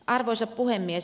arvoisa puhemies